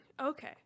Okay